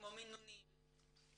כמו מינונים,